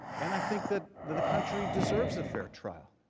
and i think that the the country deserves a fair trial